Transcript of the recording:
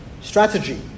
Strategy